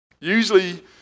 Usually